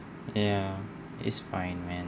ya is fine man